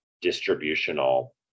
distributional